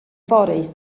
fory